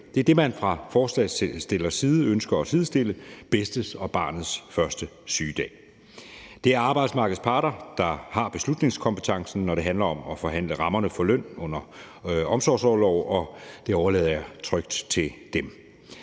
Det er det, man fra forslagsstillernes side ønsker at sidestille, altså bedstes og barnets første sygedag. Det er arbejdsmarkedets parter, der har beslutningskompetencen, når det handler om at forhandle rammerne for løn under omsorgsorlov, og det overlader jeg trygt til dem.